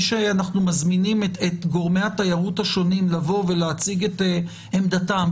שאנחנו מזמינים את גורמי התיירות השונים לבוא ולהציג את עמדתם,